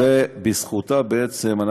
בזכותה בעצם.